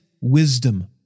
wisdom